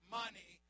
money